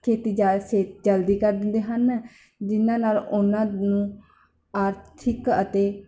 ਖੇਤੀ ਜਾ ਸੇ ਜਲਦੀ ਕਰ ਦਿੰਦੇ ਹਨ ਜਿਨ੍ਹਾਂ ਨਾਲ ਉਹਨਾਂ ਨੂੰ ਆਰਥਿਕ ਅਤੇ